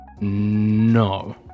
no